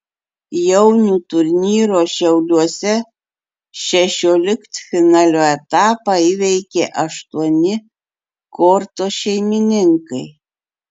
jaunių turnyro šiauliuose šešioliktfinalio etapą įveikė aštuoni korto šeimininkai